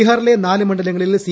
ബീഹാറിലെ നാല് മണ്ഡലങ്ങളിൽ സി